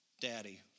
daddy